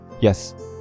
Yes